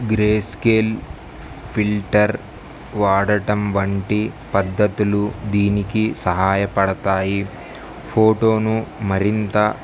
grey scale filter వాడటం వంటి పద్ధతులు దీనికి సహాయపడతాయి ఫోటోను మరింత